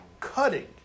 cutting